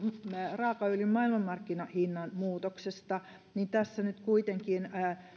raakaöljyn maailmanmarkkinahinnan muutoksesta niin tässä nyt kuitenkin